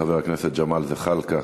חבר הכנסת ג'מאל זחאלקה,